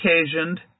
occasioned